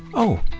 oh,